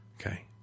Okay